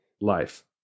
life